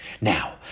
Now